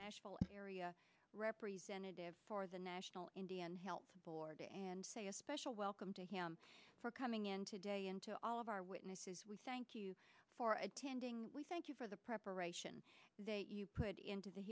nashville area representative for the national indian health board and say a special welcome to him for coming in today and to all of our witnesses we thank you for attending we thank you for the preparation that you put into the